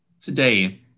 today